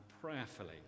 prayerfully